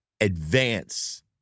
advance